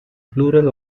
plural